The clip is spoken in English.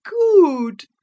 good